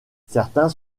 certains